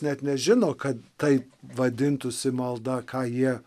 net nežino kad tai vadintųsi malda ką jie